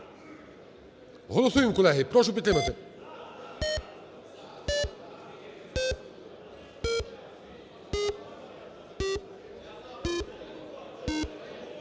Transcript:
Голосуєм, колеги. Прошу підтримати.